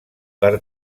per